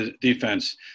defense